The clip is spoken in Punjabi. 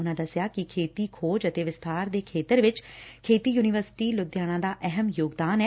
ਉਨਾਂ ਦਸਿਆ ਕਿ ਖੇਤੀ ਖੋਜੱ ਅਤੇ ਵਿਸਬਾਰ ਦੇ ਖੇਤਰ ਵਿਚ ਖੇਤੀ ਯੁਨੀਵਰਸਿਟੀ ਲੁਧਿਆਣਾ ਦਾ ਅਹਿਮ ਯੋਗਦਾਨ ਏ